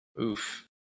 Oof